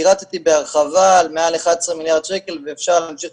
פירטתי בהרחבה על מעל 11 מיליארד שקל ואפשר להמשיך